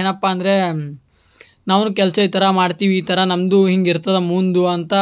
ಏನಪ್ಪ ಅಂದ್ರೆ ನಾವೂ ಕೆಲಸ ಈ ಥರ ಮಾಡ್ತೀವಿ ಈ ಥರ ನಮ್ಮದು ಹಿಂಗೆ ಇರ್ತದೆ ಮುಂದೆ ಅಂತ